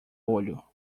olho